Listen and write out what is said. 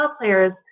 players